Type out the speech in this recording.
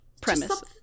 premise